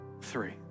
three